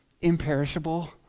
imperishable